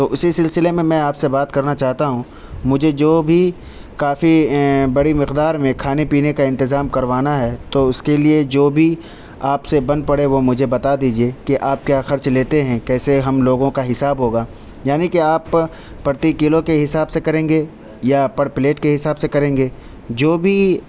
تو اسی سلسلے میں میں آپ سے بات کرنا چاہتا ہوں مجھے جو بھی کافی بڑی مقدار میں کھانے پینے کا انتظام کروانا ہے تو اس کے لیے جو بھی آپ سے بن پڑے وہ مجھے بتا دیجیے کہ آپ کیا خرچ لیتے ہیں کیسے ہم لوگوں کا حساب ہوگا یعنی کہ آپ پرتی کلو کے حساب سے کریں گے یا پر پلیٹ کے حساب سے کریں گے جو بھی